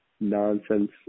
nonsense